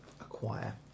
acquire